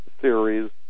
series